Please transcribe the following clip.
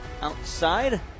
outside